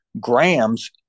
grams